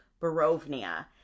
barovnia